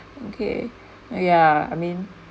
okay ya I mean